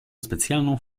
specjalną